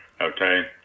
okay